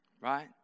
right